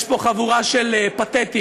יש פה חבורה של פתטיים,